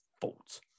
fault